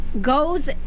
goes